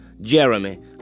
Jeremy